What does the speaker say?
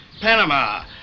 Panama